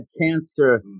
cancer